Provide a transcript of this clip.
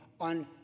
on